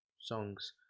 songs